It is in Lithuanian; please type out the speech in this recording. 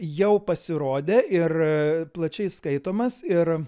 jau pasirodė ir plačiai skaitomas ir